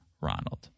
Ronald